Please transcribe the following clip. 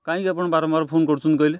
କାଇଁକି ଆପଣ ବାରମ୍ବାର ଫୋନ୍ କରୁଛନ୍ତି କହିଲେ